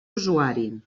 usuari